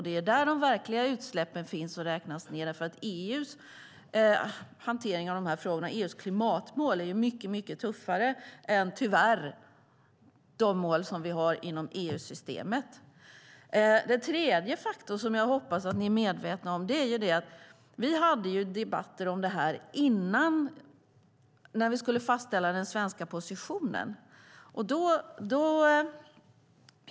Det är där de verkliga utsläppen finns och räknas ned, för EU:s hantering av dessa frågor, EU:s klimatmål, är mycket tuffare än de mål vi har inom EU-systemet. Vidare hade vi debatter om detta när vi skulle fastställa den svenska positionen.